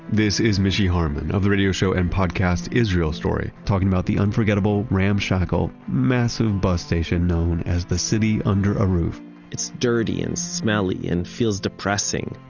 this is mishy harman of the radio show and podcast israel story, talking about the unforgettable, ramshackle massive bus station known as the city under a roof it's dirty and smelly and feels depressing,